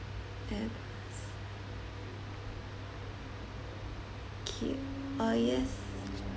that's okay uh yes